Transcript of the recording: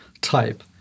type